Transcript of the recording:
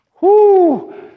Whoo